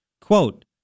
quote